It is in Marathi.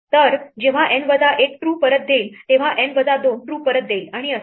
तर जेव्हा N वजा 1 true परत देईल तेव्हा N वजा 2 true परत देईल आणि असेच